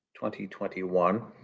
2021